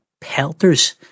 pelters